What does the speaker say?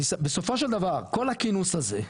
בסופו של דבר כל הכינוס הזה,